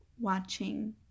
watching